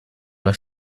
alla